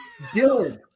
Dylan